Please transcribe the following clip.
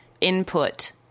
input